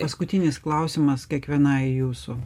paskutinis klausimas kiekvienai jūsų